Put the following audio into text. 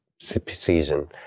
season